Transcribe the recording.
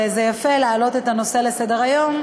זה יפה להעלות את הנושא לסדר-היום,